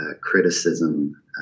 criticism